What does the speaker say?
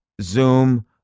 Zoom